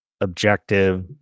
objective